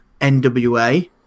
NWA